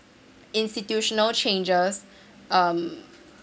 institutional changes um